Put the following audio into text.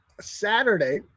Saturday